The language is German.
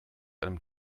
einem